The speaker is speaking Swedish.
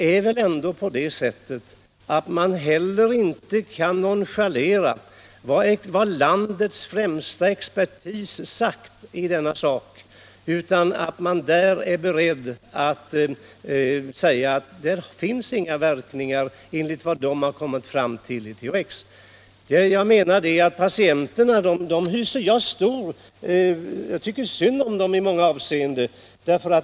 Men man kan väl inte heller nonchalera vad landets främsta expertis sagt i denna sak; experterna är beredda att säga att THX, enligt vad de har kommit fram till, inte har några verk ningar. Jag tycker synd om patienterna i många avseenden.